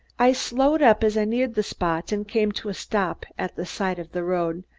i slowed up as i neared the spot and came to a stop at the side of the road.